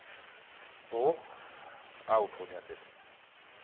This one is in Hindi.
तो आउट हो जाते थे